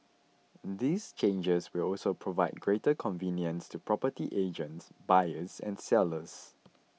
these changes will also provide greater convenience to property agents buyers and sellers